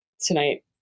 tonight